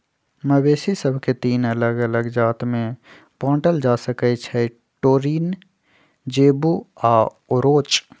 मवेशि सभके तीन अल्लग अल्लग जात में बांटल जा सकइ छै टोरिन, जेबू आऽ ओरोच